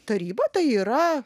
taryba tai yra